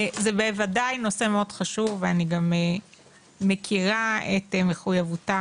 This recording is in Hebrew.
זה בוודאי נושא מאוד חשוב ואני גם מכירה את מחויבותה